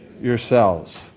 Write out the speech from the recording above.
yourselves